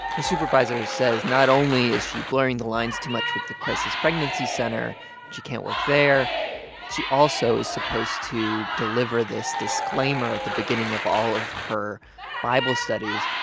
her supervisor says not only is she blurring the lines too much with the crisis pregnancy center that she can't work there she also is supposed to deliver this disclaimer at the beginning of all of her bible studies,